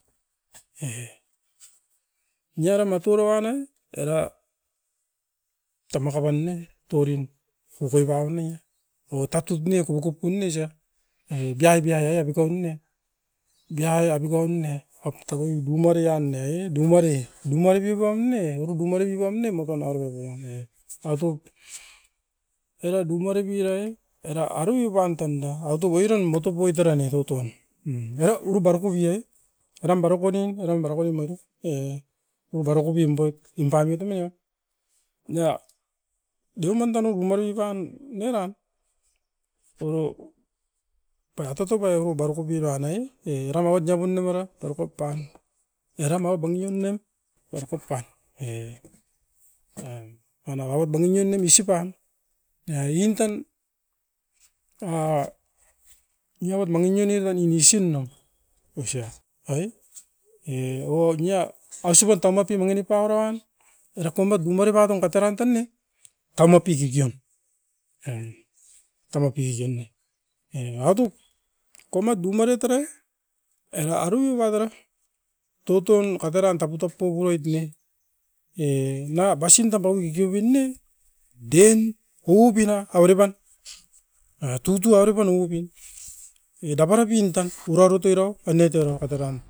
E niaram maturoana era tamaka pan ne tourim kukui pan ne o tatup nia kopokop pun neisa ai biai biai ae a bitoune, biabi apikoun ne noptoi bumareian ne, e deumarin. Deumaripi paun ne uruku maripi paun ne moton aroue papanai. Eva top, era dumaripirai era arui pan tanda eva top oiran batopoit era ne tutuain. Era urubaruku biai eram barokonin, eram barokonim eva top, e baroko bimboit inda biatum ne dea deuman tan umaruiban eran, oropa totokai o baroko biran nai eram aut niapun namera daroko pan. Eram au baminion nem baroko pan e, manap aut bangimion nem isop pan ne a intan aua niawat mangi nion era nion isin no osoa ai. E owat nia isupat taumati mangi nip pauran, era komat bumaribaton kateran tan ne, taumapi kikion. E taumapi kikion ne, era watuk komat bumare terai, era arui watara toutoun kateran taputop pouuroit ne e nanga basin tam pau kikiobin ne dein upina avere pan, era tutou avere pan owopin e dapara pin tan uraroite rau aine terau kateran.